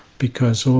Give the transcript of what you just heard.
because so